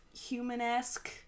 human-esque